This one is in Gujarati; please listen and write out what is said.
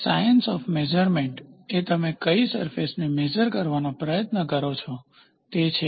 સાયન્સ ઑફ મેઝરમેન્ટ એ તમે કઈ સરફેસને મેઝર કરવાનો પ્રયત્ન કરો છો તે છે